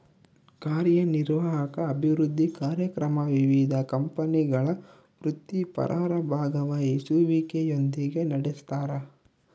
ಕಾರ್ಯನಿರ್ವಾಹಕ ಅಭಿವೃದ್ಧಿ ಕಾರ್ಯಕ್ರಮ ವಿವಿಧ ಕಂಪನಿಗಳ ವೃತ್ತಿಪರರ ಭಾಗವಹಿಸುವಿಕೆಯೊಂದಿಗೆ ನಡೆಸ್ತಾರ